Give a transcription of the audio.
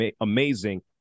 amazing